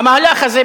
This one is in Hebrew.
המהלך הזה,